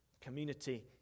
community